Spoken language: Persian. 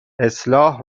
اصلاح